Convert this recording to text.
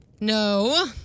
no